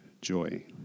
joy